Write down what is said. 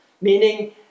Meaning